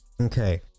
Okay